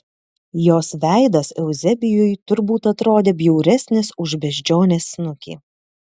jos veidas euzebijui turbūt atrodė bjauresnis už beždžionės snukį